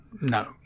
no